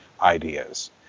ideas